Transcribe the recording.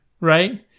Right